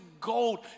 gold